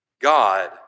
God